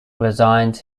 resigned